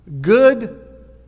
Good